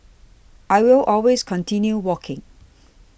I will always continue walking